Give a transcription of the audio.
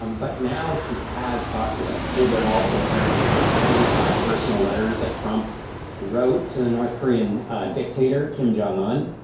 um but now he has talked to him. woodward also apparently has twenty five personal letters that trump wrote to the north korean dictator kim jong un.